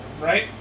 right